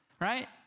Right